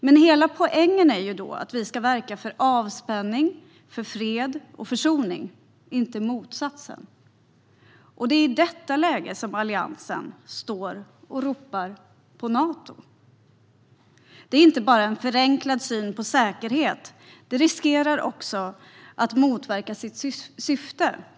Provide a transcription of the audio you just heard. Men hela poängen är då att vi ska verka för avspänning, fred och försoning - inte motsatsen. Det är i detta läge som Alliansen står och ropar på Nato. Det är inte bara en förenklad syn på säkerhet. Det riskerar också att motverka sitt syfte.